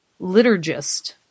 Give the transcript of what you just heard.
liturgist